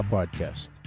Podcast